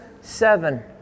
seven